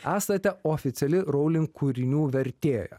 esate oficiali rowling kūrinių vertėja